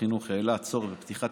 במסגרת זו משרד החינוך העלה צורך בפתיחת